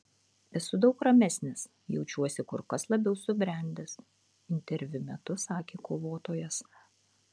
esu daug ramesnis jaučiuosi kur kas labiau subrendęs interviu metu sakė kovotojas